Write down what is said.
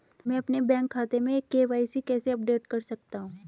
मैं अपने बैंक खाते में के.वाई.सी कैसे अपडेट कर सकता हूँ?